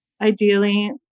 ideally